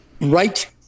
right